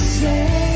say